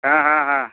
ହଁ ହଁ ହଁ